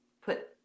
put